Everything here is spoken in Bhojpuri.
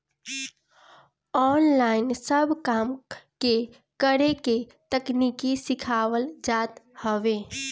ऑनलाइन सब काम के करे के तकनीकी सिखावल जात हवे